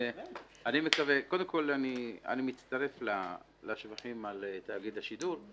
קודם כול, אני מצטרף לשבחים על תאגיד השידור.